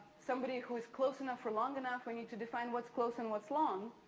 somebody who is close enough for long enough, we need to define what's close and what's long?